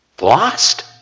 Lost